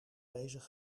bezig